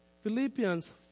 Philippians